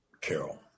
Carol